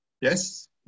Yes